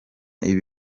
ibi